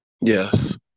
Yes